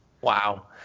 Wow